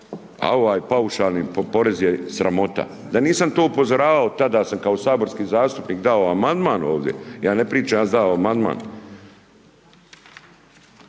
A ovaj paušalni porez je sramota. Da nisam to upozoravao, tada sam kao saborski zastupnik dao amandman ovdje, ja ne pričam za amandman